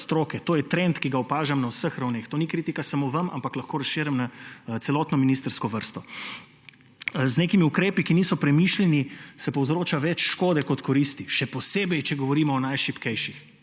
stroke, to je trend, ki ga opažam na vseh ravneh. To ni kritika samo na vas, ampak lahko razširim na celotno ministrsko vrsto. Z nekimi ukrepi, ki niso premišljeni, se povzroča več škode kot koristi, še posebej če govorimo o najšibkejših,